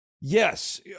Yes